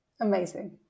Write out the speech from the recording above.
Amazing